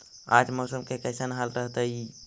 आज मौसम के कैसन हाल रहतइ?